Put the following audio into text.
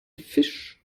fisch